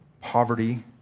poverty